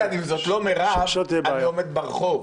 איתן, אם זאת לא מירב אני עומד ברחוב...